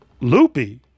loopy